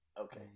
Okay